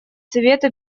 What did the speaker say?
совета